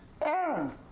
Aaron